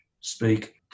speak